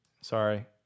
Sorry